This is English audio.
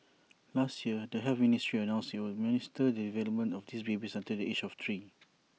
last year the health ministry announced IT would minister the development of these babies until the age of three